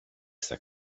στα